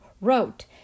wrote